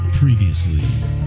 Previously